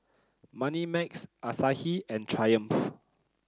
Moneymax Asahi and Triumph